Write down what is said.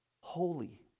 holy